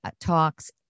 talks